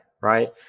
right